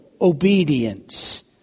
obedience